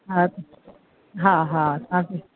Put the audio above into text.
हा हा हा हा